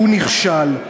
הוא נכשל.